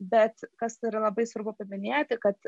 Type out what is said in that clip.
bet kas yra labai svarbu paminėti kad